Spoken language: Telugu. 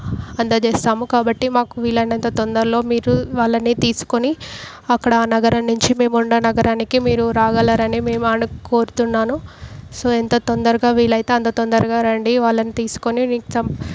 అందజేస్తాము కాబట్టి మాకు వీలైనంత తొందరలో మీరు వాళ్ళని తీసుకుని అక్కడ ఆ నగరం నుంచి మేము ఉన్న నగరానికి మీరు రాగలరని మేము కోరుతున్నాను సో ఎంత తొందరగా వీలైతే అంత తొందరగా రండి వాళ్ళని తీసుకుని నిక్ సం